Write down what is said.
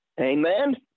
Amen